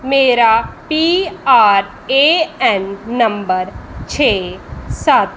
ਮੇਰਾ P R A N number ਛੇ ਸੱਤ